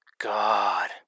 God